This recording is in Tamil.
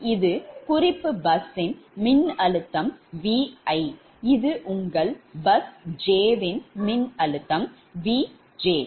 எனவே இது bus i மற்றும் இது bus j மற்றும் இது குறிப்பு பஸ் மின்னழுத்தம் Vi இது உங்கள் பஸ் j மின்னழுத்தம் Vj